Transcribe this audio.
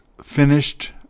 finished